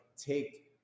take